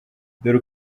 dore